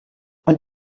und